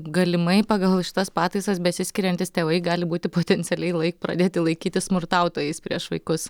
galimai pagal šitas pataisas besiskiriantys tėvai gali būti potencialiai lai pradėti laikyti smurtautojais prieš vaikus